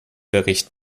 bericht